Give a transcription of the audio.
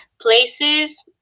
places